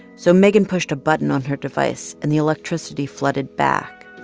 so megan pushed a button on her device and the electricity flooded back.